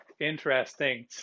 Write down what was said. interesting